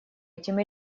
этим